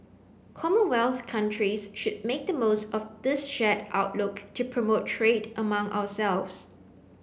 commonwealth countries should make the most of this shared outlook to promote trade among ourselves